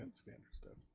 and standard stuff.